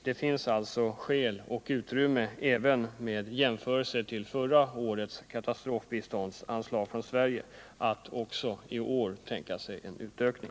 Det finns alltså skäl och utrymme, även vid jämförelse med förra årets katastrofbiståndsanslag från Sverige, att också i år tänka sig en utökning.